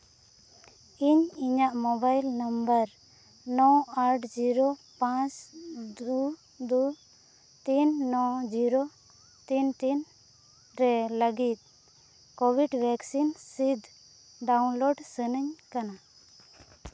ᱤᱧ ᱤᱧᱟᱹᱜ mobile number ᱱᱚ ᱟᱴ ᱡᱤᱨᱳ ᱯᱟᱸᱪ ᱫᱩ ᱫᱩ ᱛᱤᱱ ᱱᱚ ᱡᱤᱨᱳ ᱛᱤᱱ ᱛᱤᱱ ᱨᱮ ᱞᱟᱹᱜᱤᱫ ᱠᱳᱵᱷᱤᱰ ᱵᱷᱮᱠᱥᱤᱱ ᱥᱤᱫᱽ ᱰᱟᱣᱩᱱᱞᱳᱰ ᱥᱟᱱᱟᱹᱧ ᱠᱟᱱᱟ